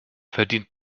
verdient